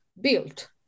built